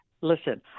listen